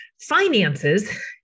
Finances